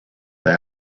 they